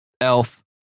Elf